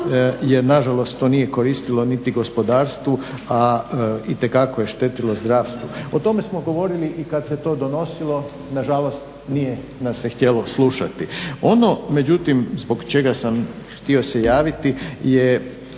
jer nažalost to nije koristilo niti gospodarstvu, a itekako je štetilo zdravstvu. O tome smo govorili i kada se to donosilo, nažalost nije nas se htjelo slušati. Ono, međutim, zbog čega sam htio se javiti je